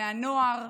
מהנוער,